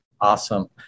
awesome